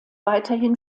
weiterhin